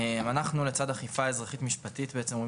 אנחנו לצד אכיפה אזרחית משפטית בעצם רואים